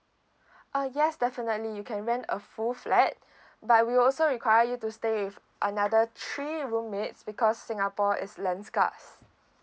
uh yes definitely you can rent a full flat but we also require you to stay with another three roommates because singapore is land scarce